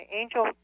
angel